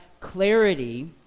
clarity